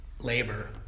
labor